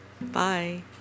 Bye